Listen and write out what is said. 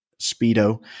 speedo